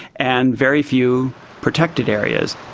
and very few protected areas.